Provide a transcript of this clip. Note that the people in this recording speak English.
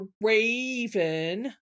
Raven